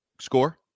Score